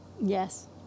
Yes